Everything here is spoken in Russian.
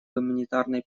гуманитарной